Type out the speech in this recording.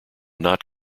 not